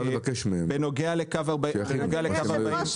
בנוגע לקו 480 --- אדוני היו"ר,